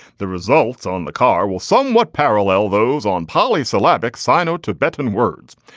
the results on the car will somewhat parallel those on polysyllabic sino tibetan words.